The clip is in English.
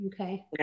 Okay